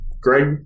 Greg